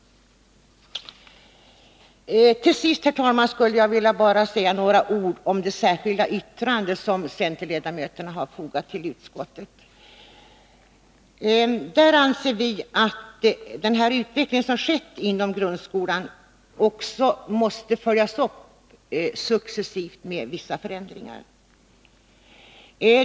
Till sist, herr talman, skulle jag vilja säga några ord om det särskilda yrkande som centerledamöterna har fogat till betänkandet. Där anser vi att den utveckling som skett inom grundskolan successivt måste följas upp med vissa förändringar.